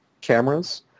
cameras